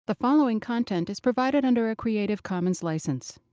the following content is provided under a creative commons license.